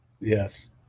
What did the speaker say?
Yes